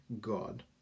god